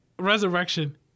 Resurrection